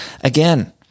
again